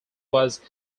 was